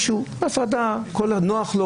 ודווקא הוא